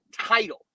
title